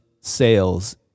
sales